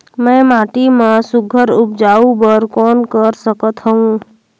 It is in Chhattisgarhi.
मैं माटी मा सुघ्घर उपजाऊ बर कौन कर सकत हवो?